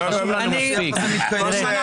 זה חשוב מספיק --- משה,